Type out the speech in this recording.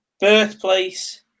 Birthplace